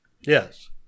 Yes